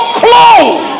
close